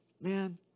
man